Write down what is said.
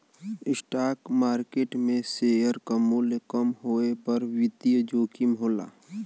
stock market में share क मूल्य कम होये पर वित्तीय जोखिम होला